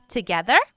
Together